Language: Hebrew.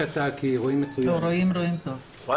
גם עם